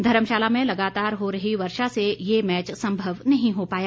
धर्मशाला में लगातार हो रही वर्षा से ये मैच संभव नहीं हो पाया